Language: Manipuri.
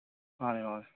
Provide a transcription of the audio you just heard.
ꯃꯥꯟꯅꯦ ꯃꯥꯟꯅꯦ